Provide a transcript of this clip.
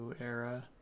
era